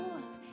up